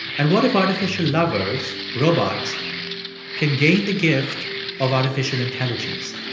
and what if artificial lovers, robots can gain the gift of artificial intelligence?